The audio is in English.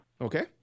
okay